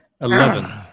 Eleven